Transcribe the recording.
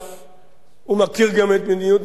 ומכיר גם את מדיניות ממשלות ישראל?